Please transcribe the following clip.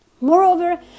Moreover